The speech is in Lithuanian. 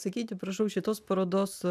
sakyti prašau šitos parodos